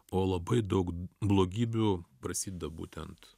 o labai daug blogybių prasideda būtent